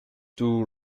two